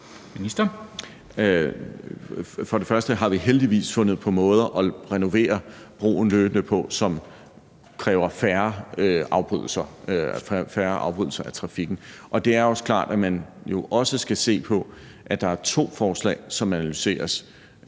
For det første har vi heldigvis fundet på måder løbende at renovere broen på, som kræver færre afbrydelser af trafikken. Og for det andet er det klart, at man jo også skal se på, at der er to forslag, som analyseres: